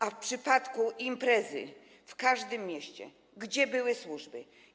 A w przypadku imprezy w każdym mieście gdzie były służby?